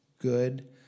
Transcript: good